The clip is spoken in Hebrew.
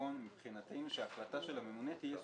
ונכון מבחינתנו שההחלטה של הממונה תהיה סופית.